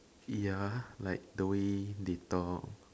ya like the way they talk